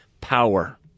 power